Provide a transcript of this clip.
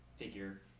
figure